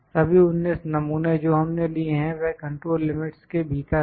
सभी 19 नमूने जो हमने लिए हैं वह कंट्रोल लिमिट्स के भीतर हैं